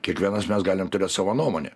kiekvienas mes galim turėt savo nuomonę